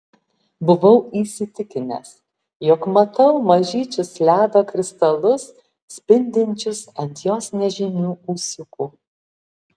buvau įsitikinęs jog matau mažyčius ledo kristalus spindinčius ant jos nežymių ūsiukų